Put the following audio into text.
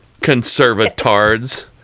conservatards